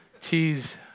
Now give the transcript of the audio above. tease